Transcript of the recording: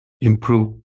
improve